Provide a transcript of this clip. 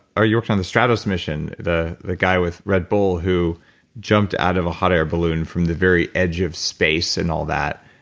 or you worked on the stratos mission, the the guy with red bull who jumped out of a hot air balloon from the very edge of space and all that,